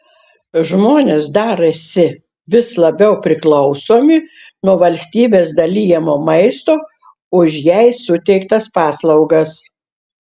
žmonės darėsi vis labiau priklausomi nuo valstybės dalijamo maisto už jai suteiktas paslaugas